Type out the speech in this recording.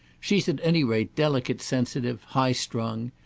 she's at any rate delicate sensitive high-strung.